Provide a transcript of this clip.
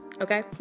okay